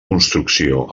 construcció